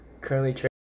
currently